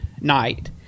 night